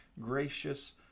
gracious